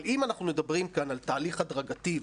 אבל אם אנחנו מדברים כאן על תהליך הדרגתי,